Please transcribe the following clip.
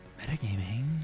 Metagaming